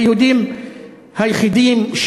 היהודים היחידים,